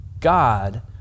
God